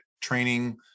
training